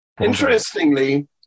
Interestingly